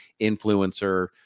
influencer